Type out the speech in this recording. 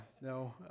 no